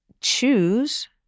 choose